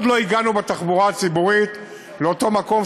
עוד לא הגענו בתחבורה הציבורית לאותו מקום